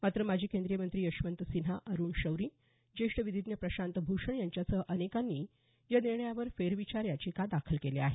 मात्र माजी केंद्रीय मंत्री यशवंत सिन्हा अरुण शौरी ज्येष्ठ विधीज्ञ प्रशांत भूषण यांच्यासह अनेकांनी या निर्णयावर फेरविचार याचिका दाखल केल्या आहेत